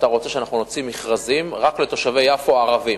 אתה רוצה שאנחנו נוציא מכרזים רק לתושבי יפו הערבים.